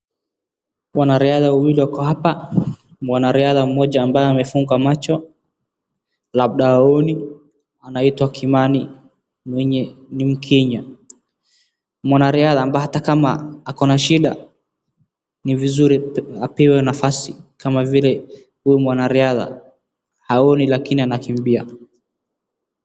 Wanariadha wawili wako hapa mwanariadha mmoja ambaye amefunga macho labda haoni anaitwa kimani mwenye ni mkenya. Mwanariadha ambao hata kama ako na shida ni vizuri apewe nafasi kama vile huyu mwanariadha haoni lakini anakimbia.